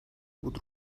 بود